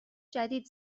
جدید